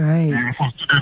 Right